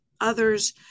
others